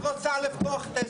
את רוצה לפתוח את ההסכם?